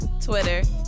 Twitter